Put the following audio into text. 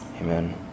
Amen